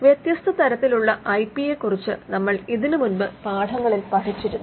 വ്യത്യസ്തത തരത്തിലുള്ള I P യെ കുറിച്ച് നമ്മൾ ഇതിന് മുൻപുള്ള പാഠങ്ങളിൽ പഠിച്ചിരുന്നു